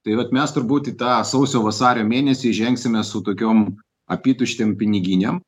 tai vat mes turbūt į tą sausio vasario mėnesį žengsime su tokiom apytuštėm piniginėm